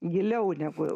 giliau negu